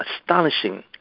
astonishing